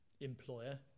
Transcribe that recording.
employer